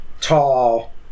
tall